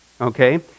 Okay